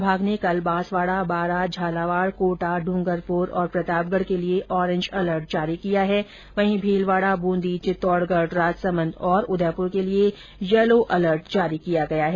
विभाग ने कल बांसवाड़ा बारा झालावाड़ कोटा डूंगरपुर और प्रतापगढ के लिए ऑरेंज अलर्ट जारी किया है वहीं भीलवाडा बूंदी चित्तोड़गढ राजसमंद और उदयपुर के लिए येलो अलर्ट जारी किया गया है